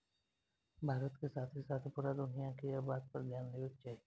भारत के साथे साथे पूरा दुनिया के एह बात पर ध्यान देवे के चाही